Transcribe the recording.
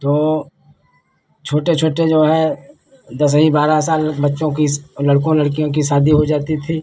तो छोटे छोटे जो हैं दस ही बारह साल बच्चों की और लड़कों लड़कियों की शादी हो जाती थी